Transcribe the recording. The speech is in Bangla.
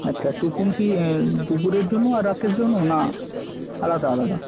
আচ্ছা টুকু কি দুপুরের জন্য আর রাতের জন্যও না আলাদা আলাদা